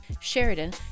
Sheridan